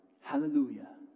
Hallelujah